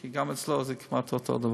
כי גם אצלו זה כמעט אותו דבר.